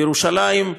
בירושלים,